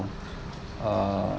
uh